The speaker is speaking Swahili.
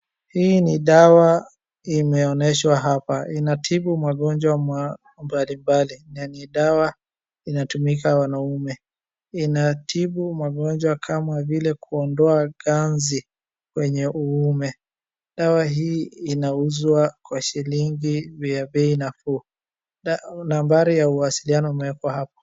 Hii ni dawa imeonyeshwa hapa, inatibu magonjwa mbalimbali na ni dawa inatumika na wanaume. Inatibu magonjwa kama vile kuondoa ganzi kwenye uume. Dawa hii inauzwa kwa shilingi ya bei nafuu. Nambari ya uwasiliano imewekwa hapo.